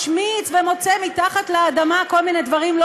משמיץ ומוצא מתחת לאדמה כל מיני דברים לא